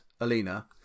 alina